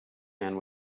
man